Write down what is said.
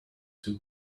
two